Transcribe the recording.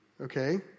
Okay